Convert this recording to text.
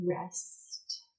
rest